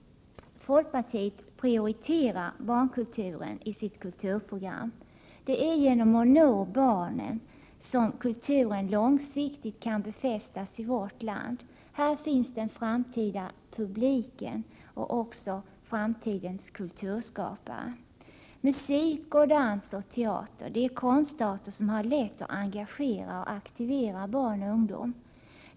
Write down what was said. Folkpartiet prioriterar barnkulturen i sitt kulturprogram. Det är genom att nå barnen som kulturen långsiktigt kan befästas i vårt land. Här finns den framtida publiken och också framtidens kulturskapare. Musik, dans och teater är konstarter som har lätt att engagera och aktivera barn och ungdom.